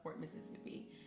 Mississippi